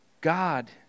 God